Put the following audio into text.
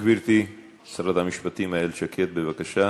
גברתי שרת המשפטים איילת שקד, בבקשה.